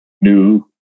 new